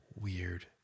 weird